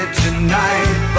tonight